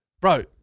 bro